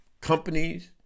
companies